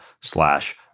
slash